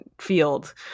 field